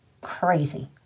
Crazy